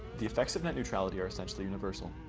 the effects of net neutrality are essentially universal.